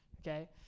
Okay